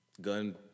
gun